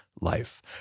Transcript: life